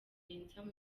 vincent